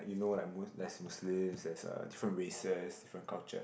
you know like there's Muslims there's uh different races different culture